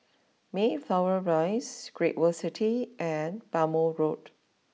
Mayflower Rise Great World City and Bhamo Road